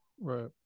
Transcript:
Right